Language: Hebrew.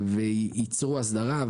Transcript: ייצרו אסדרה,